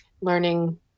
learning